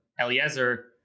Eliezer